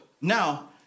now